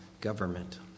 government